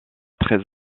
très